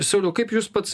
sauliau kaip jūs pats